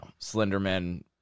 Slenderman